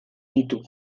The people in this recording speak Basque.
ditu